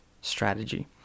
strategy